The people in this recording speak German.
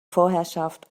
vorherschaft